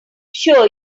sure